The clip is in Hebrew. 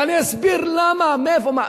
אני אסביר למה, מאיפה.